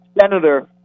Senator